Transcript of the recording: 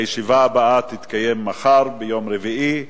הישיבה הבאה תתקיים מחר, יום רביעי,